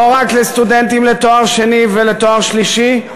לא רק לסטודנטים לתואר שני ולתואר שלישי,